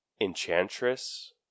enchantress